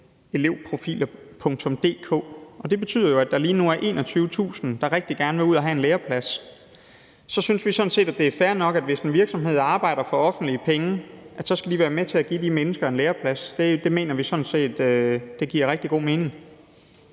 elevprofiler. Det betyder jo, at der lige nu er 21.000 mennesker, der rigtig gerne vil ud at have en læreplads. Så synes vi sådan set, at det er fair nok, at hvis en virksomhed arbejder for offentlige penge, skal den være med til at give de mennesker en læreplads. Det mener vi sådan set giver rigtig god mening.